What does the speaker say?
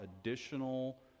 additional